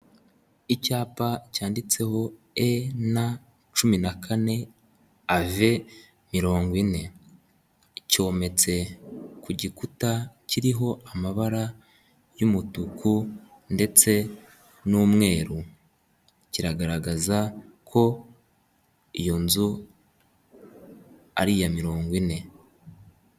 Icyapa cyanditseho e, na, cumi na kane a, ve mirongo ine, cyometse ku gikuta kiriho amabara y'umutuku ndetse n'umweru, kiragaragaza ko iyo nzu ari iya mirongo ine.